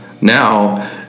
now